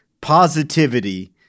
positivity